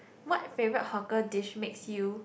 what favorite hawker dish makes you